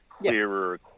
clearer